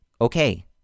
okay